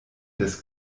des